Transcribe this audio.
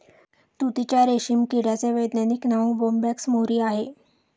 तुतीच्या रेशीम किड्याचे वैज्ञानिक नाव बोंबॅक्स मोरी आहे